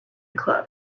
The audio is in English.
club